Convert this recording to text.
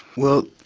well,